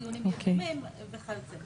דיונים יזומים וכיוצא בזה.